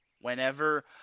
whenever